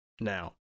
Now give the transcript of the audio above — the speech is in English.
now